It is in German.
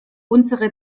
unsere